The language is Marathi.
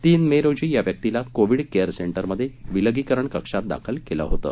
तीन मे रोजी या व्यक्तीला कोविड केअर सेंटर मध्ये विलीगीकरण कक्षात दाखल केलं होतं